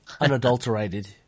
Unadulterated